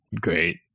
great